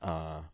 ah